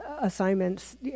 assignments